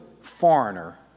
foreigner